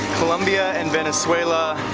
colombia and venezuela,